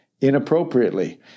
inappropriately